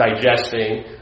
digesting